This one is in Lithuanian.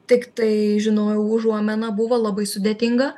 tik tai žinojau užuomena buvo labai sudėtinga